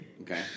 Okay